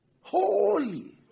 Holy